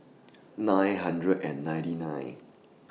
nine hundred and ninety nine